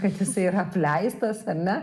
kad jisai yra apleistas ar ne